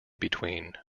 between